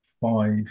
five